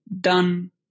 done